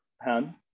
hand